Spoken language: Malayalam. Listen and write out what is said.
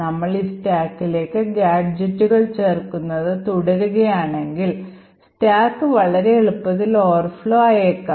നമ്മൾ ഈ സ്റ്റാക്കിലേക്ക് ഗാഡ്ജറ്റുകൾ ചേർക്കുന്നത് തുടരുകയാണെങ്കിൽ സ്റ്റാക്ക് വളരെ എളുപ്പത്തിൽ overflow ആയേക്കാം